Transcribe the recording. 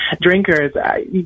drinkers